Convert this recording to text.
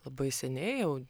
labai seniai jau